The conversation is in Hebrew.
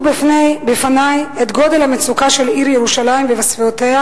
בפני את גודל המצוקה של העיר ירושלים וסביבותיה,